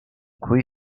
cui